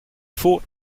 fought